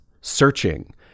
searching